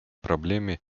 проблеме